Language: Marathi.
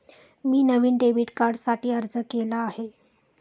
मी नवीन डेबिट कार्डसाठी अर्ज केला आहे